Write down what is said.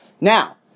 Now